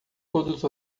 todos